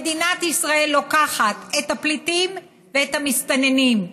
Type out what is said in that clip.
מדינת ישראל לוקחת את הפליטים ואת המסתננים,